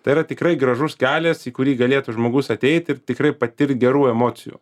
tai yra tikrai gražus kelias į kurį galėtų žmogus ateit ir tikrai patirt gerų emocijų